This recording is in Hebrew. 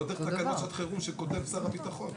לא דרך תקנות שעת חירום שכותב שר הביטחון.